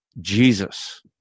Jesus